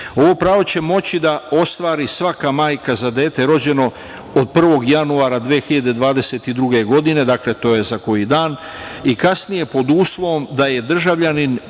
pravo će moći da ostvari svaka majka za dete rođeno od 1. januara 2022. godine. Dakle, to je za koji dan i kasnije, pod uslovom da je državljanin